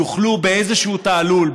יוכלו באיזשהו תעלול,